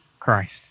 christ